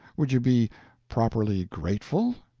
would you be properly grateful?